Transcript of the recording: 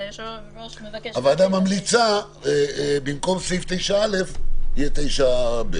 היושב-ראש מבקש --- הוועדה ממליצה במקום סעיף 9(א) יהיה 9(ב).